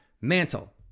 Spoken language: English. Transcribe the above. mantle